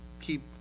keep